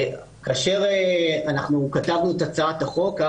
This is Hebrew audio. כאשר אנחנו כתבנו את הצעת החוק היה